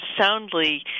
soundly